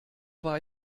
war